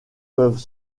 peuvent